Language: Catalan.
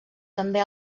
també